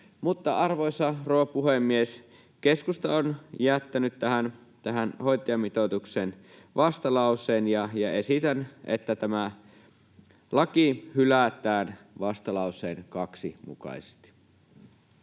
Arvoisa rouva puhemies! Keskusta on jättänyt tähän hoitajamitoitukseen vastalauseen, ja esitän, että tämä laki hylätään vastalauseen 2 mukaisesti.